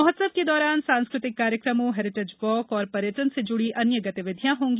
महोत्सव के दौरान सांस्कृतिक कार्येक्रमों हेरिटेज वॉक और पर्यटन से जुड़ी अन्य गतिविधियाँ होंगी